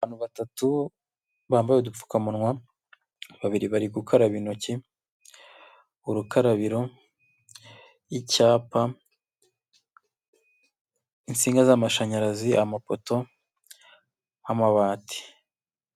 Abantu batatu, bambaye udupfukamunwa. Babiri bari gukaraba intoki. Urukarabiro, icyapa, insinga z'amashanyarazi amapoto, amabati.